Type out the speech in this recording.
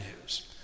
news